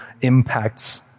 impacts